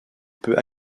peut